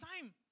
time